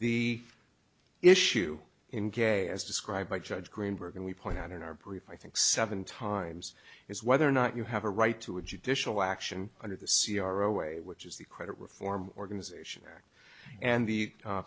the issue in gay as described by judge greenberg and we point out in our brief i think seven times is whether or not you have a right to a judicial action under the c r away which is the credit reform organization act and the